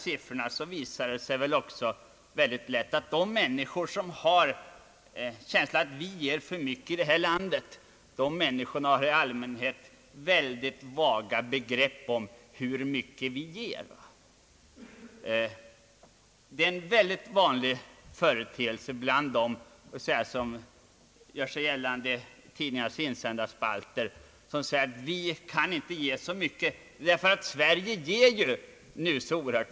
Undersökningar visar också att de människor som har en känsla av att vi ger för mycket i detta land i allmänhet har mycket vaga begrepp om hur mycket vi ger. Bland dem som gör sig gällande i tidningarnas insändarspalter heter det vanligen att vi inte kan ge så mycket mera, därför att vi redan ger så mycket.